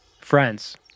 Friends